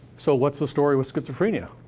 so what's the story with schizophrenia?